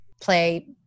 play